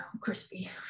crispy